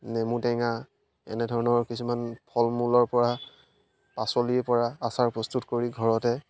নেমু টেঙা এনেধৰণৰ কিছুমান ফল মূলৰ পৰা পাচলিৰ পৰা আচাৰ প্ৰস্তুত কৰি ঘৰতে